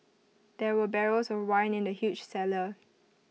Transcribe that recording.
there were barrels of wine in the huge cellar